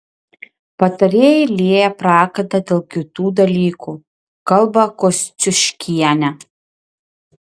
patarėjai lieja prakaitą dėl kitų dalykų kalba kosciuškienė